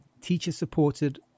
teacher-supported